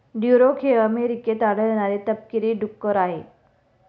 Duroc हे अमेरिकेत आढळणारे तपकिरी डुक्कर आहे